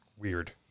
Weird